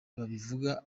babivuga